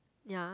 ya